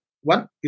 one